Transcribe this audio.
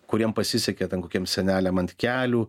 kuriem pasisekė ten kokiem seneliam ant kelių